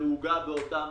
הנהוגה באותה מדינה,